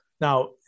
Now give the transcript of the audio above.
Now